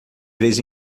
vez